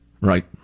Right